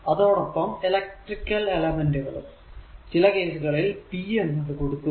അതോടൊപ്പം electrical element കളും ചില കേസുകളിൽ p എന്നത് കൊടുക്കുന്നു